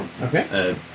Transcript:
Okay